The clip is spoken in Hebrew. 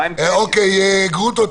גרוטו,